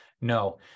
No